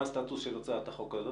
מה הסטטוס של הצעת החוק הזו?